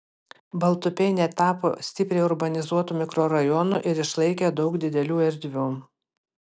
baltupiai netapo stipriai urbanizuotu mikrorajonu ir išlaikė daug didelių erdvių